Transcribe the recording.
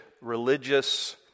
religious